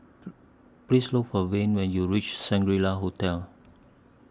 Please Look For Layne when YOU REACH Shangri La Hotel